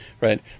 right